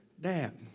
Dad